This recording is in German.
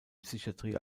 psychiatrie